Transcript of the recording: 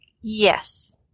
Yes